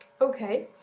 okay